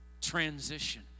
Transition